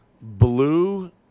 blue